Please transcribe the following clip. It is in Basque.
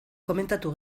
komentatu